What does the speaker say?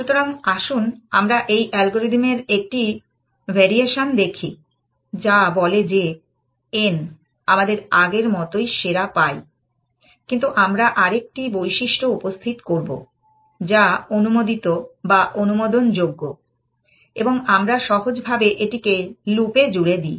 সুতরাং আসুন আমরা এই অ্যালগরিদমের একটি ভারিয়েশন দেখি যা বলে যে n আমরা আগের মতই সেরা পাই কিন্তু আমরা আরেকটি বৈশিষ্ট্য উপস্থিত করব যা অনুমোদিত বা অনুমোদনযোগ্য এবং আমরা সহজভাবে এটিকে লুপ এ জুড়ে দিই